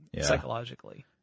psychologically